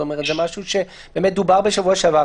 זה משהו שדובר בשבוע שעבר,